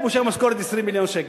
הוא מושך משכורת 20 מיליון שקל.